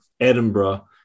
Edinburgh